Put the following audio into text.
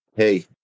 Hey